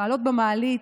לעלות במעלית.